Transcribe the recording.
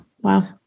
Wow